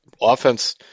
offense